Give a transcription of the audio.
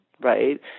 Right